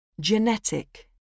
Genetic